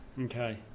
Okay